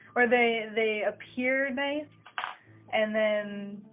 or they they appear nice and then